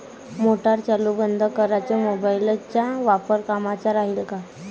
Motor चालू बंद कराच मोबाईलचा वापर कामाचा राहीन का?